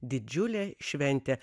didžiulė šventė